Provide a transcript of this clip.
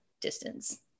distance